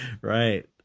Right